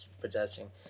possessing